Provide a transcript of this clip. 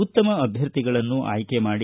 ಉತ್ತಮ ಅಭ್ಯರ್ಥಿಗಳನ್ನು ಆಯ್ಕೆ ಮಾಡಿ